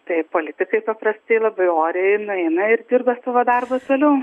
tai politikai paprastai labai oriai nueina ir dirba savo darbą toliau